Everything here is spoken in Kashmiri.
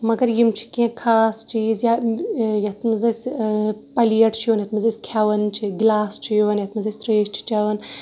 مگر یِم چھِ کینہہ خاص چیزیا یَتھ منٛز اَسہِ پلیٹ چھُ یِوان یَتھ منٛز أسۍ کھیٚوان چھِ گِلاس چھُ یِوان یَتھ منٛز أسۍ تریش چھِ چَیٚوان